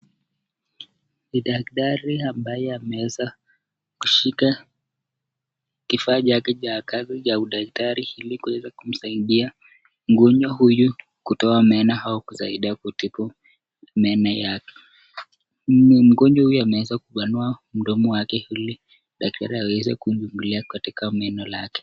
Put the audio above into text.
Ni daktari ambaye ameweza kushika kifaa chake cha kazi cha udaktari ili kumsaidia mgonjwa huyu kutoa meno au kusaidia kutibu meno yake. Mgonjwa huyu ameweza kupanua mdomo wake ili daktari aweze kumhudumia katika meno yake.